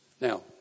Now